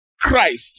Christ